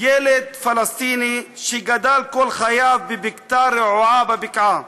ילד פלסטיני שגדל כל חייו בבקתה רעועה בבקעה.